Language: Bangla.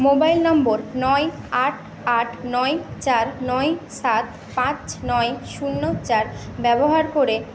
মোবাইল নম্বর নয় আট আট নয় চার নয় সাত পাঁচ নয় শূন্য চার ব্যবহার করে